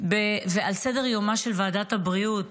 ועל סדר-יומה של ועדת הבריאות.